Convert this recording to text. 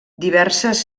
diverses